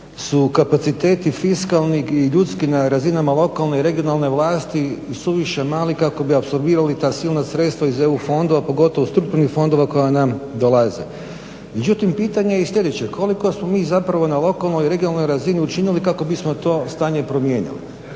su kapaciteti fiskalnim i ljudskim razinama lokalne i regionalne vlasti i suviše mali kako bi apsorbirali ta silna sredstva iz EU fondova, pogotovo strukturnih fondova koja nam dolaze. Međutim, pitanje je sljedeće,. Koliko smo mi zapravo na lokalnoj i regionalnoj razini učinili kako bismo to stanje promijenili?